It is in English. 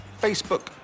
Facebook